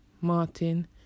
Martin